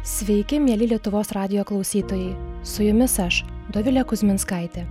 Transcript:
sveiki mieli lietuvos radijo klausytojai su jumis aš dovilė kuzminskaitė